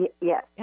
Yes